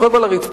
שוטרים,